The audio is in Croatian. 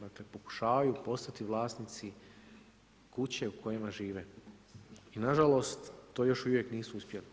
Dakle, pokušavaju postati vlasnici kuće u kojima žive i nažalost, to još uvijek nisu uspjeli.